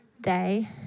day